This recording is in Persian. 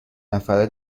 نفره